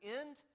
end